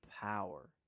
power